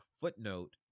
footnote